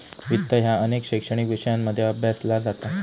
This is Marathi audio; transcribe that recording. वित्त ह्या अनेक शैक्षणिक विषयांमध्ये अभ्यासला जाता